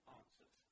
answers